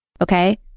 Okay